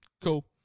cool